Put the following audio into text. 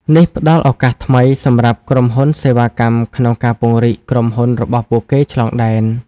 នេះផ្តល់ឱកាសថ្មី សម្រាប់ក្រុមហ៊ុនសេវាកម្មក្នុងការពង្រីកក្រុមហ៊ុនរបស់ពួកគេឆ្លងដែន។